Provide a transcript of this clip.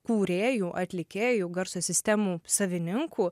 kūrėjų atlikėjų garso sistemų savininkų